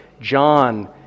John